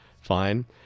fine